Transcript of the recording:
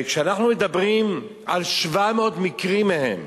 כשאנחנו מדברים על 700 מקרים מהם